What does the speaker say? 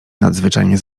nadzwyczajnie